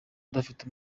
adafite